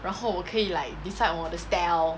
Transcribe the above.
然后我可以 like decide 我的 style